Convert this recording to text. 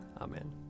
Amen